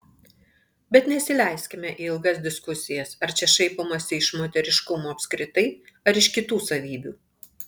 bet nesileiskime į ilgas diskusijas ar čia šaipomasi iš moteriškumo apskritai ar iš kitų savybių